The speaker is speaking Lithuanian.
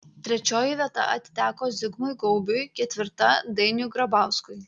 trečioji vieta atiteko zigmui gaubiui ketvirta dainiui grabauskui